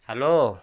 hello